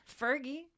Fergie